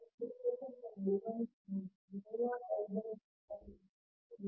ಅಂದರೆ ಆಗಿರುತ್ತದೆ